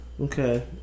Okay